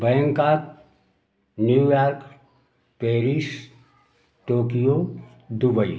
Bangkok New York Paris Tokyo Dubai